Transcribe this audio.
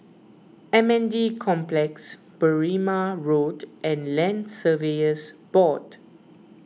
M N D Complex Berrima Road and Land Surveyors Board